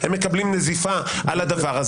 הם מקבלים נזיפה על הדבר הזה.